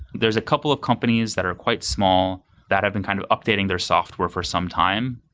there's a couple of companies that are quite small that have been kind of updating their software for some time.